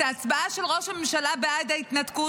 את ההצבעה של ראש הממשלה בעד ההתנתקות